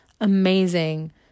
amazing